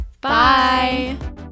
Bye